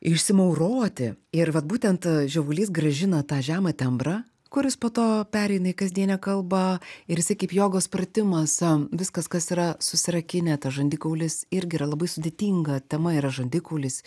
išsimauroti ir vat būtent žiovulys grąžina tą žemą tembrą kuris po to pereina į kasdienę kalbą ir jisai kaip jogos pratimas viskas kas yra susirakinę tas žandikaulis irgi yra labai sudėtinga tema yra žandikaulis